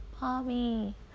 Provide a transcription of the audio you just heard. Mommy